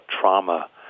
trauma